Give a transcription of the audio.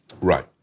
Right